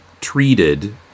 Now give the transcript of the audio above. treated